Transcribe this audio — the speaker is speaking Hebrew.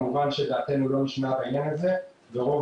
כמובן שדעתנו לא נשמעה בעניין הזה וההתנגדות